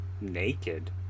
Naked